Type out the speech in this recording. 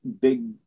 big